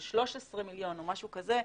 של 13 מיליון או משהו כזה,